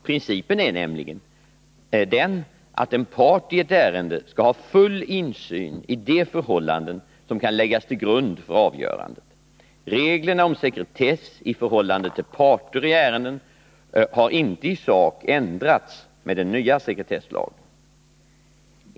Principen är nämligen den att en part i ett ärende skall ha full insyn i de förhållanden som kan läggas till grund för avgörandet. Reglerna om sekretess i förhållande till parter i ärenden har inte i sak ändrats med den nya sekretesslagen.